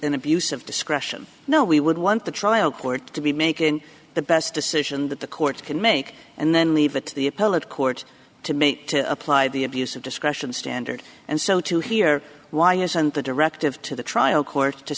an abuse of discretion no we would want the trial court to be making the best decision that the court can make and then leave it to the appellate court to make to apply the abuse of discretion standard and so to hear why isn't the directive to the trial court to